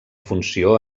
funció